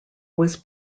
was